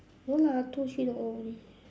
no lah two three dollar only